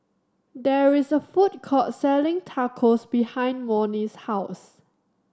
there is a food court selling Tacos behind Monnie's house